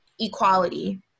equality